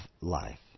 life